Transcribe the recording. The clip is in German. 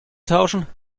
tauschen